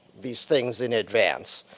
these things in advance.